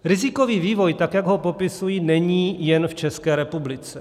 Rizikový vývoj, tak jak ho popisuji, není jen v České republice.